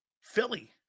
Philly